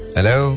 Hello